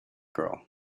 girl